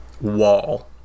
wall